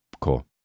Cool